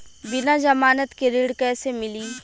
बिना जमानत के ऋण कैसे मिली?